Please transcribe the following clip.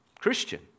Christian